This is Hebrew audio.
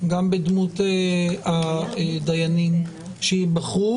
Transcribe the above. גם בדמות הדיינים שייבחרו,